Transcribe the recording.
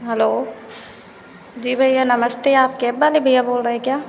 hello वाजी भैया नमस्ते आप कैब बाले भैया बोल रहे क्या